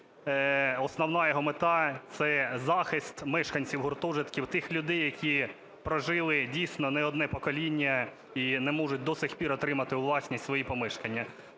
основна його мета – це захист мешканців гуртожитків, тих людей, які прожили, дійсно, не одне покоління і не можуть до сих пір отримати у власність свої помешкання.